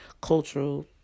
cultural